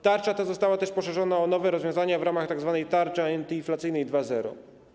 Tarcza ta została też poszerzona o nowe rozwiązania w ramach tzw. tarczy antyinflacyjnej 2.0.